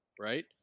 Right